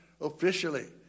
officially